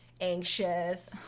anxious